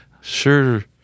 sure